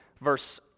verse